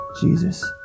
jesus